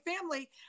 family